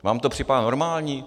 Vám to připadá normální?